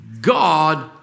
God